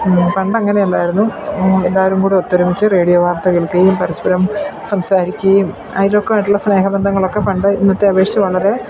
പണ്ട് അങ്ങനെ അല്ലായിരുന്നു എല്ലാവരുംകൂടി ഒത്തൊരുമിച്ച് റേഡിയോ വാർത്ത കേൾക്കുകയും പരസ്പരം സംസാരിക്കുകയും അതിലൊക്കെ ആയിട്ടുള്ള സ്നേഹബന്ധങ്ങളൊക്കെ പണ്ട് ഇന്നത്തെ അപേക്ഷിച്ച് വളരെ